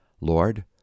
Lord